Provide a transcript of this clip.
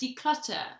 declutter